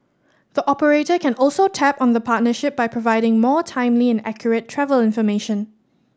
the operator can also tap on the partnership by providing more timely and accurate travel information